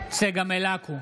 צגה מלקו,